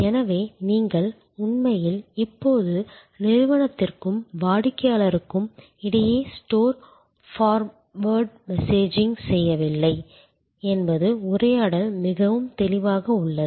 எனவே நீங்கள் உண்மையில் இப்போது நிறுவனத்திற்கும் வாடிக்கையாளருக்கும் இடையே ஸ்டோர் ஃபார்வேர்ட் மெசேஜிங் செய்யவில்லை என்பது உரையாடல் மிகவும் தெளிவாக உள்ளது